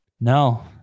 No